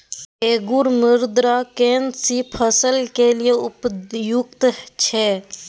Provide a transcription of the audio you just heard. रेगुर मृदा केना सी फसल के लिये उपयुक्त छै?